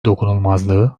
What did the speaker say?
dokunulmazlığı